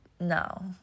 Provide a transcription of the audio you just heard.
no